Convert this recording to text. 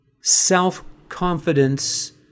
self-confidence